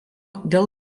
dėl